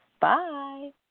Bye